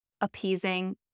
appeasing